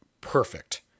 perfect